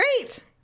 great